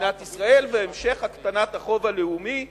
במדינת ישראל והמשך הקטנת החוב הלאומי.